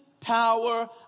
power